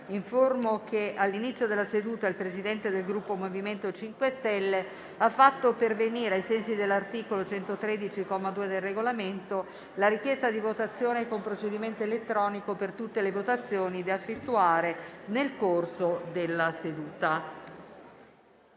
che all'inizio della seduta il Presidente del Gruppo MoVimento 5 Stelle ha fatto pervenire, ai sensi dell'articolo 113, comma 2, del Regolamento, la richiesta di votazione con procedimento elettronico per tutte le votazioni da effettuare nel corso della seduta.